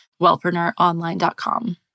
wellpreneuronline.com